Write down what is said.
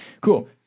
cool